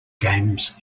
games